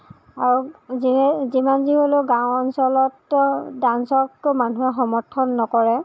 আৰু যিয়ে যিমান যি হ'লেও গাওঁ অঞ্চলততো ডাঞ্চাৰক মানুহে সমৰ্থন নকৰে